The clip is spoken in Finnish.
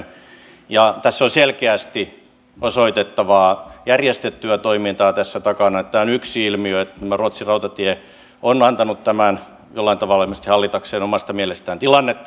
tässä takana on selkeästi osoitettavaa järjestettyä toimintaa ja tämä on yksi ilmiö että tämä ruotsin rautatieyhtiö on tehnyt tämän ilmeisesti jollain tavalla hallitakseen omasta mielestään tilannetta